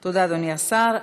אדוני השר.